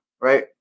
right